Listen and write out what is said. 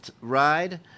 ride